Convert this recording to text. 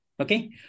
Okay